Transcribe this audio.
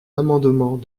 amendement